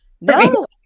no